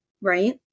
right